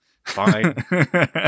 fine